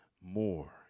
more